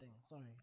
Sorry